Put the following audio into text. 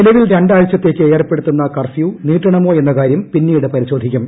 നിലവിൽ രണ്ടാഴ്ചത്തേയ്ക്ക് ഏർപ്പെടുത്തുന്ന കർഫ്യൂ നീട്ടണമോ എന്ന കാര്യം പിന്നീട് പരിശോധിക്കും